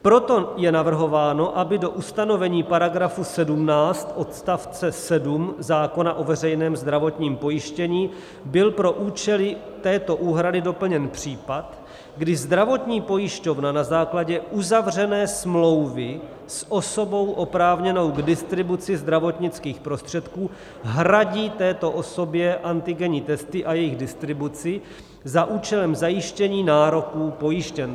Proto je navrhováno, aby do ustanovení § 17 odst. 7 zákona o veřejném zdravotním pojištění byl pro účely této úhrady doplněn případ, kdy zdravotní pojišťovna na základě uzavřené smlouvy s osobou oprávněnou k distribuci zdravotnických prostředků hradí této osobě antigenní testy a jejich distribuci za účelem zajištění nároků pojištěnce.